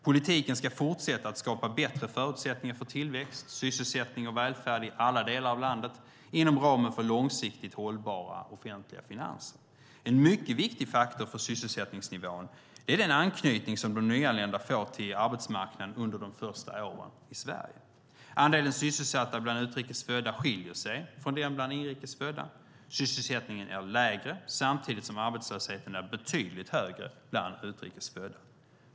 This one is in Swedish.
Politiken ska fortsätta att skapa bättre förutsättningar för tillväxt, sysselsättning och välfärd i alla delar av landet inom ramen för långsiktigt hållbara offentliga finanser. En mycket viktig faktor för sysselsättningsnivån är den anknytning som de nyanlända får till arbetsmarknaden under de första åren i Sverige. Andelen sysselsatta bland utrikes födda skiljer sig från den bland inrikes födda. Sysselsättningen är lägre samtidigt som arbetslösheten är betydligt högre bland utrikes födda.